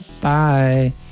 Bye